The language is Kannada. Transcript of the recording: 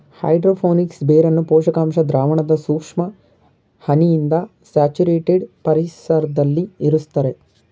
ಹೈಡ್ರೋ ಫೋನಿಕ್ಸ್ ಬೇರನ್ನು ಪೋಷಕಾಂಶ ದ್ರಾವಣದ ಸೂಕ್ಷ್ಮ ಹನಿಯಿಂದ ಸ್ಯಾಚುರೇಟೆಡ್ ಪರಿಸರ್ದಲ್ಲಿ ಇರುಸ್ತರೆ